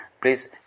please